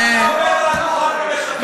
אתה עומד על הדוכן ומשקר.